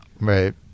Right